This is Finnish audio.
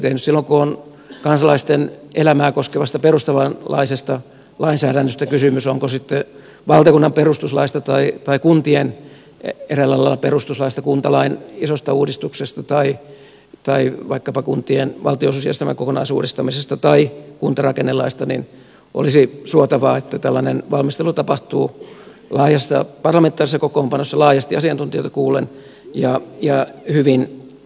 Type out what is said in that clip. silloin kun on kansalaisten elämää koskevasta perustavanlaisesta lainsäädännöstä kysymys olkoon kyse sitten valtakunnan perustuslaista tai kuntien eräällä lailla perustuslain kuntalain isosta uudistuksesta tai vaikkapa kuntien valtionosuusjärjestelmän kokonaisuudistamisesta tai kuntarakennelaista niin olisi suotavaa että tällainen valmistelu tapahtuu laajassa parlamentaarisessa kokoonpanossa laajasti asiantuntijoita kuullen ja hyvin organisoidusti